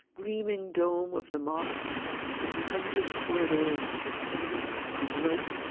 gleaming dome of the mosque and the hundred corridors of cinnamon and rope.